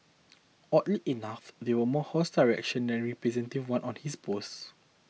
oddly enough there were more hostile reactions receptive ones on his post